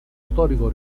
storico